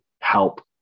help